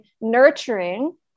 nurturing